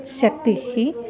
शक्तिः